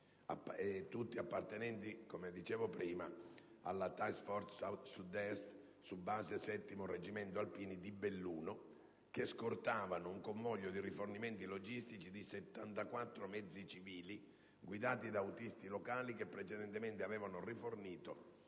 detto - alla *Task Force* *South East* su base 7° Reggimento Alpini di Belluno, che scortavano un convoglio di rifornimenti logistici di 74 mezzi civili guidati da autisti locali, che precedentemente avevano rifornito